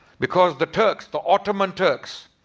because the turks, the ottoman turks,